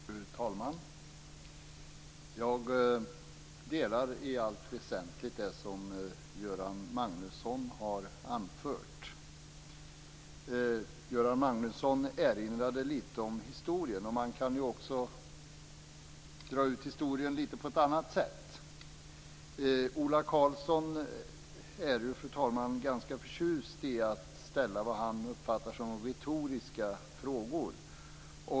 Fru talman! Jag delar i allt väsentligt det som Göran Magnusson har anfört. Göran Magnusson erinrade lite om historien. Man kan också dra ut historien på ett annat sätt. Ola Karlsson är, fru talman, ganska förtjust i att ställa vad han uppfattar som retoriska frågor.